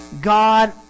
God